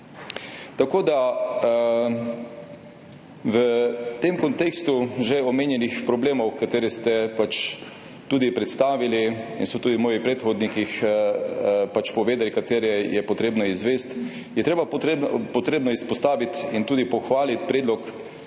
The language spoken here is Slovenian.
nastalo. V kontekstu že omenjenih problemov, ki ste jih predstavili in so tudi moji predhodniki povedali, katere je potrebno izvesti, je potrebno izpostaviti in tudi pohvaliti predlog